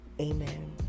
Amen